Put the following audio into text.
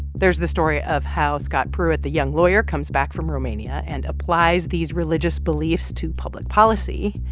there's the story of how scott pruitt the young lawyer comes back from romania and applies these religious beliefs to public policy,